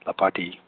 Lapati